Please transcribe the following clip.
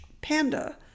Panda